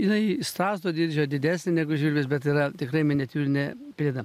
jinai strazdo dydžio didesnė negu žvirblis bet yra tikrai miniatiūrinė pelėda